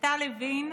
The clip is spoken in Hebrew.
אתה, לוין,